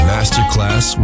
Masterclass